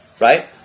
Right